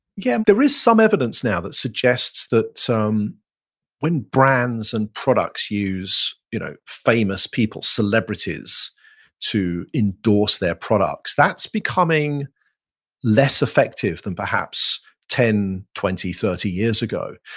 yeah, there is some evidence now that suggests that when brands and products use you know famous people, celebrities to endorse their products, that's becoming less effective than perhaps ten, twenty, thirty years ago.